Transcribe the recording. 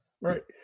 Right